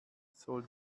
soll